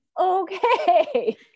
okay